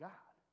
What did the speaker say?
God